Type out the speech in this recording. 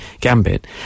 gambit